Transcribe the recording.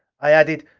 i added,